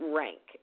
rank